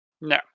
No